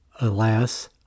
Alas